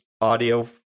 audio